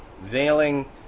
Veiling